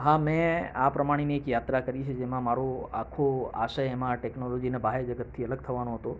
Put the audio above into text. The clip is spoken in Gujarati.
હા મેં આ પ્રમાણેની એક યાત્રા કરી છે જેમાં મારો આખો આશય એમાં ટેક્નોલોજીના બાહ્ય જગતથી અલગ થવાનો હતો